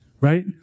right